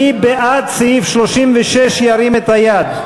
מי בעד סעיף 36, ירים את היד.